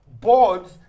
boards